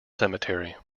cemetery